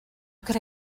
could